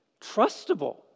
trustable